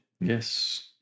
Yes